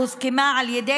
משהוקמה ועדת